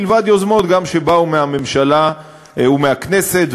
מלבד יוזמות שבאו גם מהממשלה ומהכנסת,